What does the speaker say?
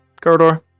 Corridor